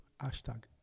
hashtag